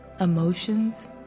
emotions